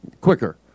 quicker